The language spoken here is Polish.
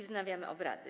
Wznawiam obrady.